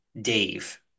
Dave